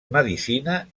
medicina